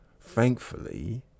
thankfully